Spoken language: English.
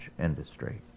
industry